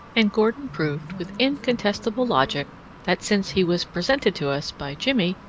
and gordon proved with incontestable logic that, since he was presented to us by jimmie,